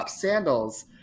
sandals